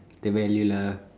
the value lah